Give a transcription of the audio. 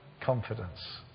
confidence